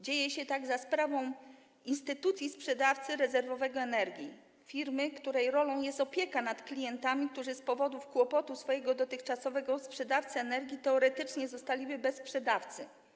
Dzieje się tak za sprawą instytucji sprzedawcy rezerwowego energii - firmy, której rolą jest opieka nad klientami, którzy z powodu kłopotów swojego dotychczasowego sprzedawcy energii teoretycznie zostaliby bez sprzedawcy.